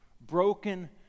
Broken